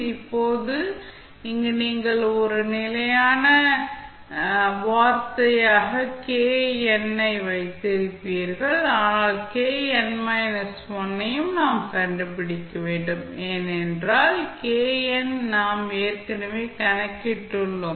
இப்போது இங்கு நீங்கள் ஒரு நிலையான வார்த்தையாக kn ஐ வைத்திருப்பீர்கள் ஆனால் kn 1 ஐ நாம் கண்டுபிடிக்க வேண்டும் ஏனென்றால் kn நாம் ஏற்கனவே கணக்கிட்டுள்ளோம்